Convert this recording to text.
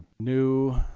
new